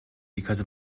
because